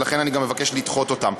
ולכן אני גם מבקש לדחות אותן.